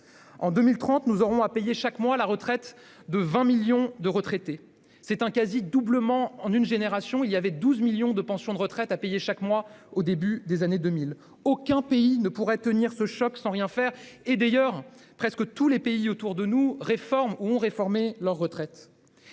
En 2030, nous aurons à payer chaque mois la pension de 20 millions de retraités, soit un quasi-doublement en une génération. Il y avait 12 millions de pensions de retraite à verser chaque mois au début des années 2000. Aucun pays ne pourrait tenir ce choc sans rien faire ! D'ailleurs, presque tous les pays autour de nous ont réformé ou réforment leur système